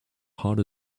hard